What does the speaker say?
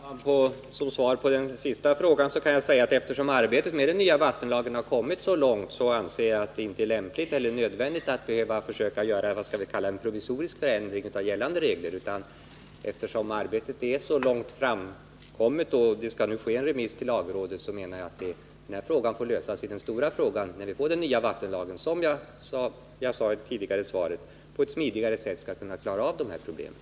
Herr talman! Som svar på den sista frågan kan jag säga att eftersom arbetena med den nya vattenlagen kommit så långt. anser jag att det inte är lämpligt eller nödvändigt att göra en låt mig säga provisorisk förändring av gällande regler. När det nu skall ske en remiss till lagrådet, så menar jag att den här frågan får lösas i det större sammanhanget när vi får den nya vattenlagen som — vilket jag sade i det tidigare svaret — på ett smidigare sätt skall kunna klara av de här problemen.